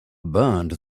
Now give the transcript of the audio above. burned